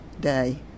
day